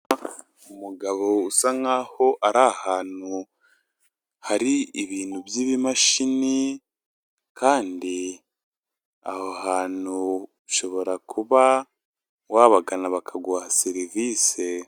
Umugabo usa nkaho ari ahantu hari ibintu by'ibimashini, kandi aho hantu ushobora kuba wabagana bakaguha serivisi.